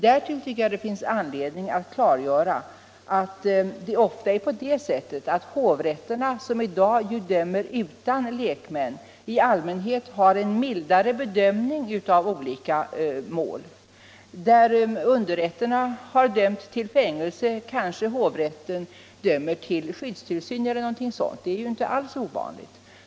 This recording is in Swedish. Där tycker jag det finns anledning att klargöra att hovrätterna, som i dag dömer utan lekmän, i allmänhet har en mildare bedömning av olika mål. Där underrätterna har dömt till fängelse, kanske hovrätten dömer till skyddstillsyn eller något sådant. Det är inte alls ovanligt.